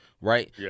right